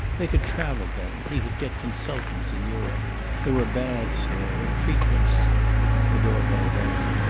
they could travel then he could get consultants in europe there were baths there, and treatments the doorbell rang.